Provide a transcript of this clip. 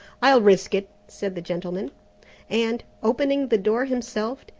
i'll risk it, said the gentleman and, opening the door himself,